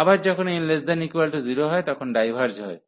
আবার যখন n≤0 হয় তখন ডাইভার্জ হয়